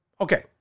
okay